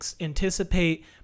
anticipate